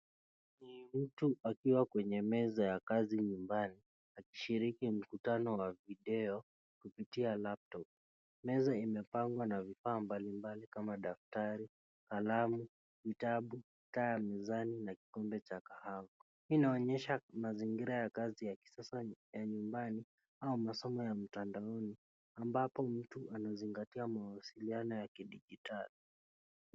Ni mtu akiwa kwenye meza ya kazi nyumbani akishiriki mkutano wa video kupitia Laptop Meza imepangwa na vipao mbali mbali kama daftari, kalamu, vitabu taa mezani na kikombe cha kahawa. Inaonyesha mazingira ya kazi ya kisasa ya nyumbani au masomo ya mtandaoni ambapo mtu anazingatia mawasiliano ya kidijitali.